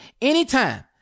anytime